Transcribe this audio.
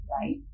right